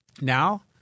Now